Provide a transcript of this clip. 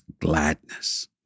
gladness